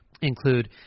include